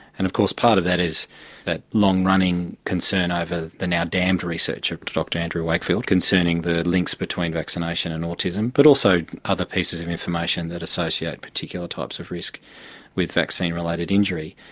and of course part of that is that long-running concern over ah the now damned research of dr andrew wakefield concerning the links between vaccination and autism, but also other pieces of information that associate particular types of risk with vaccine-related injury.